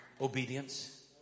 Obedience